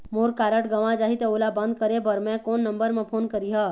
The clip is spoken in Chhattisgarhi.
मोर कारड गंवा जाही त ओला बंद करें बर मैं कोन नंबर म फोन करिह?